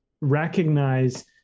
recognize